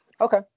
Okay